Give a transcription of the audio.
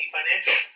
Financial